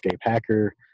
Hacker